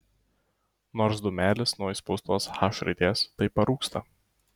nors dūmelis nuo įspaustos h raidės tai parūksta